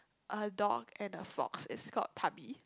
a dog and a frog is call Tubbie